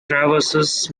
traverses